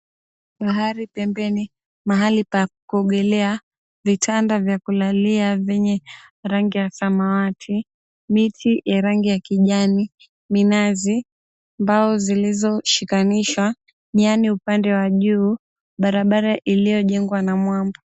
Mahali pembeni ,mahali pa kuogelea. Vitanda vya kulalia, vyenye rangi ya samawati. Miti ya rangi ya kijani, minazi. Mbao zilizoshikanishwa, nyani upande wa juu, barabara iliyojengwa na mwamba.